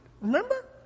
Remember